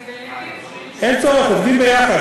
אין צורך, עובדים יחד.